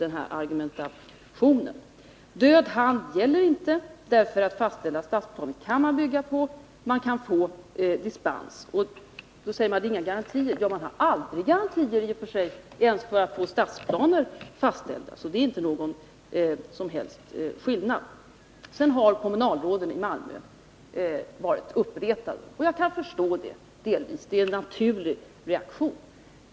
Någon död hand är det inte fråga om, eftersom man kan bygga på fastställda stadsplaner. Man kan få dispens. Då svaras det att det inte finns några garantier. Men man har aldrig några garantier ens för att få stadsplaner fastställda. Det är alltså inte någon som helst skillnad. Kommunalråden i Malmö har varit uppretade. Jag kan delvis förstå det; det är en naturlig reaktion.